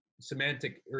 semantic